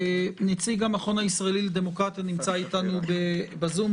נציג המכון הישראלי לדמוקרטיה נמצא אתנו בזום,